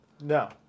No